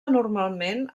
normalment